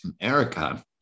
America